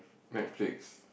Netflix